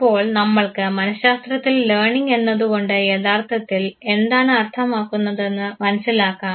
അപ്പോൾ നമ്മൾക്ക് മനഃശാസ്ത്രത്തിൽ ലേണിങ് എന്നതുകൊണ്ട് യഥാർത്ഥത്തിൽ എന്താണ് അർത്ഥമാക്കുന്നതെന്ന് മനസ്സിലാക്കാം